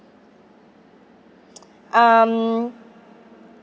um